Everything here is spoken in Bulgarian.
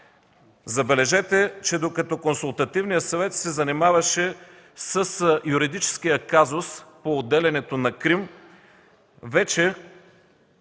Забележете, че докато Консултативният съвет се занимаваше с юридическия казус по отделянето на Крим, вече